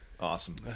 Awesome